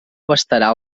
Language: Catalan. abastarà